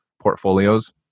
portfolios